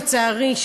לצערי,